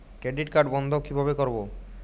Credit card বন্ধ কিভাবে করবো?